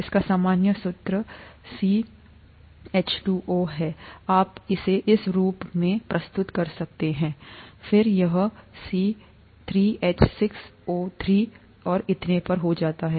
इसका सामान्य सूत्र n है आप इसे इस रूप में प्रस्तुत कर सकते हैं सीएच2ओ3 फिर यह सी3एच6ओ3और इतने परहो जाता है